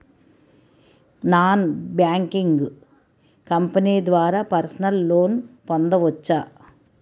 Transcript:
Non banking company ద్వారా personal loan పొందవచ్చా?